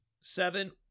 Seven